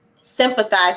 sympathize